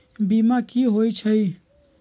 बीमा कि होई छई?